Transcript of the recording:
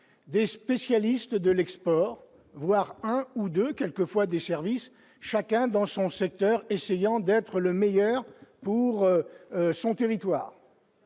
des spécialistes de l'export, voire un ou 2 quelquefois des services, chacun dans son secteur, essayant d'être le meilleur pour son territoire